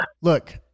look